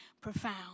profound